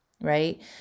right